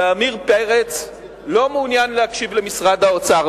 ועמיר פרץ לא מעוניין להקשיב למשרד האוצר,